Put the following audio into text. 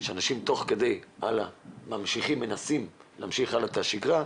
שאנשים תוך כדי מנסים להמשיך הלאה את השגרה.